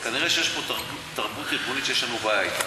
כנראה יש פה תרבות ארגונית שיש לנו בעיה אתה.